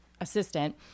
assistant